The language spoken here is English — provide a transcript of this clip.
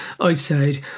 outside